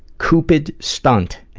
coopid stunt.